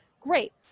great